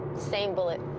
same bullet.